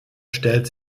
stellt